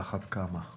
על אחת כמה.